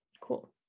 Cool